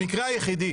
המקרה היחידי